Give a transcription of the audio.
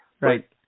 Right